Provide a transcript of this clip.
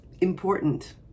important